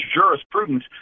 jurisprudence